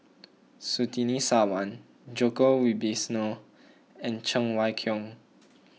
Surtini Sarwan Djoko Wibisono and Cheng Wai Keung